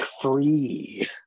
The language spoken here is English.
free